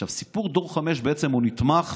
סיפור דור 5 נתמך